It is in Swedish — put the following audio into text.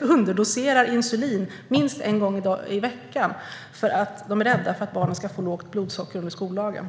underdoserar insulin minst en gång i veckan, eftersom de är rädda att barnen ska få lågt blodsocker under skoldagen.